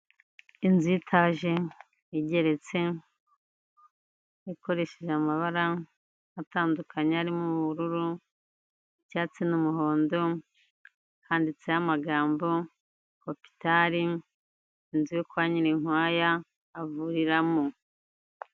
Inzu y'itage igeretse ikoresheje amabara atandukanye harimo ubururu, icyatsi n'umuhondo handitseho amagambo hopitare inzu kwa Nyirinkwaya avuriramo.